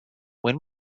when